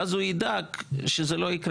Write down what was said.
ואז הוא יידע שזה לא שווה.